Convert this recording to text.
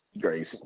Grace